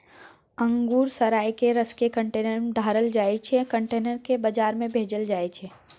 अंगुर सराए केँ रसकेँ कंटेनर मे ढारल जाइ छै कंटेनर केँ बजार भेजल जाइ छै